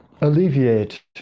alleviate